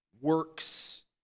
works